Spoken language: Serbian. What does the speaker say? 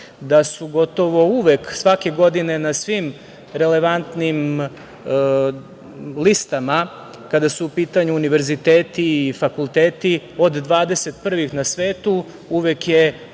da su gotovo uvek svake godine na svim relevantnim listama kada su u pitanju univerziteti i fakulteti od 21. na svetu uvek od